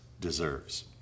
deserves